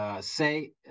say